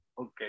Okay